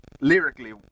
lyrically